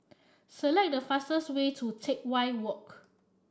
select the fastest way to Teck Whye Walk